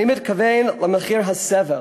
אני מתכוון למחיר הסבל,